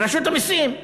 לרשות המסים.